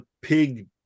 pig